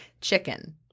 chicken